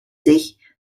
sich